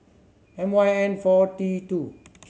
M Y N four T two